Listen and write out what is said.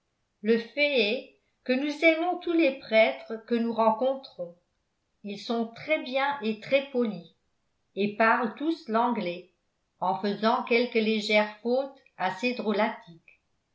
le fait est que nous aimons tous les prêtres que nous rencontrons ils sont très bien et très polis et parlent tous l'anglais en faisant quelques légères fautes assez